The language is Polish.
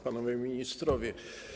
Panowie Ministrowie!